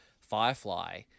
firefly